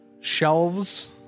shelves